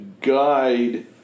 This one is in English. guide